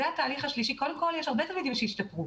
זה התהליך השלישי, יש הרבה תלמידים שהשתפרו.